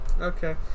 Okay